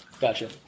Gotcha